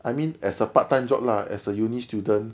I mean as a part time job lah as a uni student